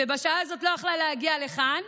שבשעה הזאת לא יכלה להגיע לכאן,